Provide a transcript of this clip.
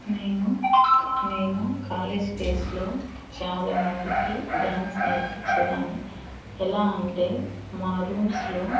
నేను నేను కాలేజ్ డేస్లో చాలా మందికి డాన్స్ నేర్పించే దాన్ని ఎలా అంటే మా రూమ్స్లో